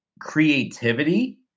creativity